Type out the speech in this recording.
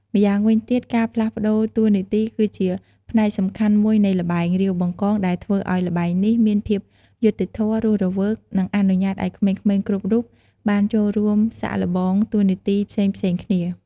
ម្យ៉ាងវិញទៀតការផ្លាស់ប្តូរតួនាទីគឺជាផ្នែកសំខាន់មួយនៃល្បែង រាវបង្កង ដែលធ្វើឱ្យល្បែងនេះមានភាពយុត្តិធម៌ រស់រវើក និងអនុញ្ញាតឱ្យក្មេងៗគ្រប់រូបបានចូលរួមសាកល្បងតួនាទីផ្សេងៗគ្នា។